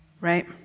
right